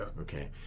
okay